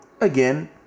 again